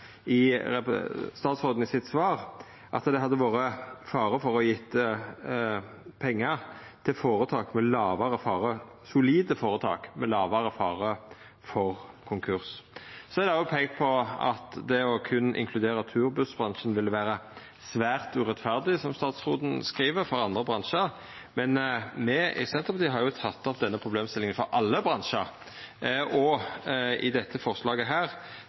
statsråden i svaret sitt, at det hadde vore fare for å gje pengar til «solide foretak med lavere fare for konkurs». Så er det òg peikt på at det å berre inkludera turbussbransjen ville vera «svært urettferdig», som statsråden skriv, for andre bransjar. Men me i Senterpartiet har teke opp denne problemstillinga for alle bransjar. I dette forslaget